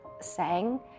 sang